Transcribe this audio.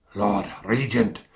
lord regent,